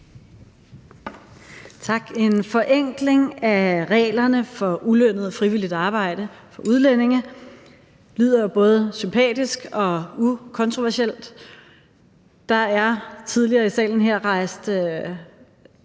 Tak. En forenkling af reglerne om ulønnet frivilligt arbejde for udlændinge lyder jo både sympatisk og ukontroversielt. Der er tidligere i salen her rejst